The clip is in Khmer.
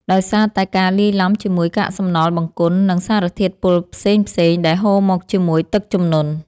ដោយសារតែការលាយឡំជាមួយកាកសំណល់បង្គន់ និងសារធាតុពុលផ្សេងៗដែលហូរមកជាមួយទឹកជំនន់។